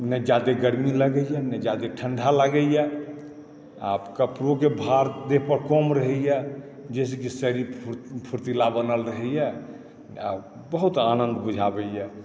ने जादे गरमी लागैए जादे ठण्डा लागैए आओर कपड़ोके भार देह पर कम रहैए जाहिसँ कि शरीर फ़ुर्तिला बनल रहैए बहुत आनन्द बुझाबैए